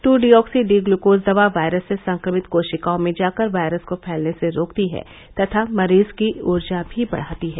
to deoxy D glucose दवा virus से संक्रमित कोशिकाओं में जाकर वायरस को फैलने से रोकती है तथा मरीज की ऊर्जा भी बढ़ाती है